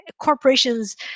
corporations